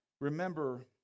Remember